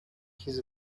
his